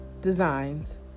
Designs